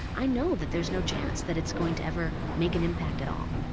i know that there's no chance that it's going to ever make an impact at all.